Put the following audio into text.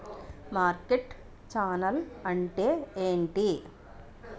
Market channel అంటే ఏమిటి?